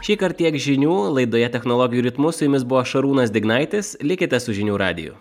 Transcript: šįkart tiek žinių laidoje technologijų ritmu su jumis buvo šarūnas dignaitis likite su žinių radiju